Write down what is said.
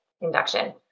induction